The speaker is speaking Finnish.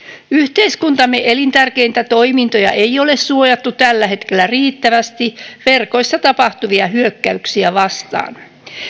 yhteiskuntamme elintärkeitä toimintoja ei ole suojattu tällä hetkellä riittävästi verkoissa tapahtuvia hyökkäyksiä vastaan